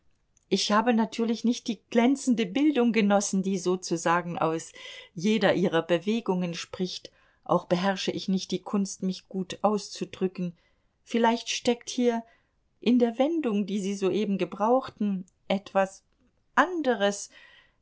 ich habe natürlich nicht die glänzende bildung genossen die sozusagen aus jeder ihrer bewegungen spricht auch beherrsche ich nicht die kunst mich gut auszudrücken vielleicht steckt hier in der wendung die sie soeben gebrauchten etwas anderes